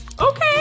Okay